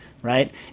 Right